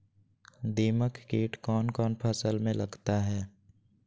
दीमक किट कौन कौन फसल में लगता है?